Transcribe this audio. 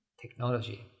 technology